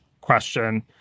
question